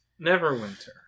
Neverwinter